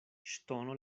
ŝtono